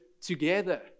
together